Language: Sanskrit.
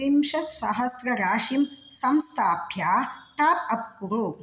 त्रिंशत्सहस्रराशिं संस्थाप्य टाप् अप् कुरु